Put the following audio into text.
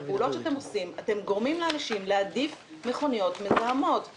בפעולות שאתם עושים אתם גורמים לאנשים להעדיף מכוניות מזהמות.